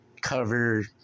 cover